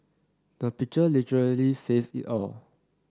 the picture literally says it all